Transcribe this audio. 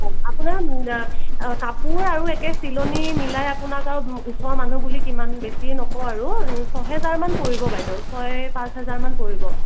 আপোনাৰ কাপোৰ আৰু একে চিলনি মিলাই আপোনাক আৰু ওচৰৰ মানুহ বুলি কিমান বেছি নকওঁ আৰু ছহেজাৰ মান পৰিব বাইদেউ ছয় পাঁচ হাজাৰ মান পৰিব